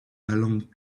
along